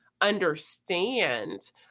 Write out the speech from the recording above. understand